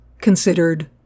considered